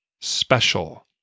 special